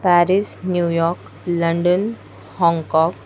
Paris New York London Hong Kong